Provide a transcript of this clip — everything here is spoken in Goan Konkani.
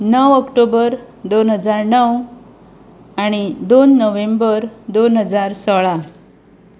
णव अक्टोबर दोन हजार णव आनी दोन नव्हेंबर दोन हजार सोळा